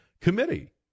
committee